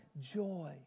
joy